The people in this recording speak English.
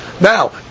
Now